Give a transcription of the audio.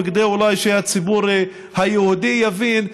ואולי כדי שהציבור היהודי יבין.